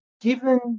given